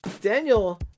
Daniel